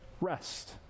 rest